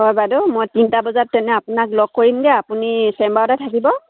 হয় বাইদেউ মই তিনিটা বজাত তেনে আপোনাক লগ কৰিমগৈ আপুনি চেম্বাৰতে থাকিব